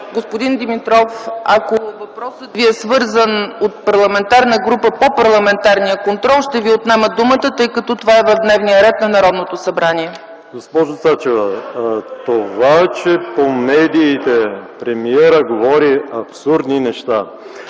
Господин Димитров, ако въпросът Ви е свързан от парламентарна група по парламентарния контрол, ще Ви отнема думата, тъй като това е в дневния ред на Народното събрание. ПЕТЪР ДИМИТРОВ (КБ): Госпожо Цачева, това че по медиите премиерът говори абсурдни неща,